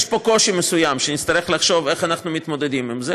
יש פה קושי מסוים שנצטרך לחשוב איך אנחנו מתמודדים איתו.